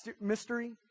mystery